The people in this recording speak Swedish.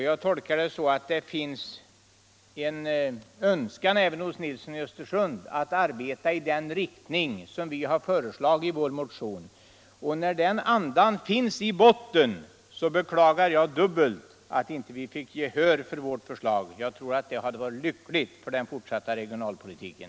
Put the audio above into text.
Jag fattar det så att det finns en önskan även hos herr Nilsson i Östersund att arbeta i den riktning som vi har föreslagit i vår motion. Och när den andan finns i botten, beklagar jag dubbelt att vi inte fick gehör för vårt förslag. Jag tror att det hade varit lyckligt för den fortsatta regionalpolitiken.